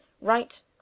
right